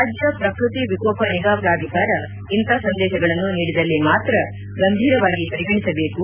ರಾಜ್ಯ ಪ್ರಕೃತಿ ವಿಕೋಪ ನಿಗಾ ಪ್ರಾಧಿಕಾರ ಇಂತಹ ಸಂದೇತಗಳನ್ನು ನೀಡಿದಲ್ಲಿ ಮಾತ್ರ ಗಂಭೀರವಾಗಿ ಪರಿಗಣಿಸಬೇಕು